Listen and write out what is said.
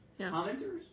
Commenters